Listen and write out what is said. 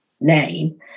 name